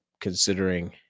considering